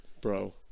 bro